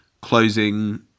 closing